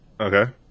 Okay